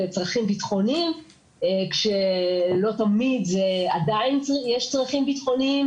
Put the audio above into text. בצרכים ביטחוניים כשלא תמיד עדיין יש צרכים ביטחוניים